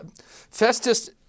Festus